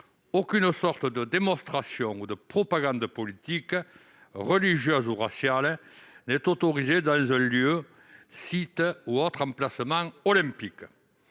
aucune sorte de démonstration ou de propagande politique, religieuse ou raciale n'est autorisée dans un lieu, site ou autre emplacement olympique